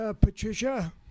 Patricia